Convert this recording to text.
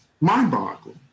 mind-boggling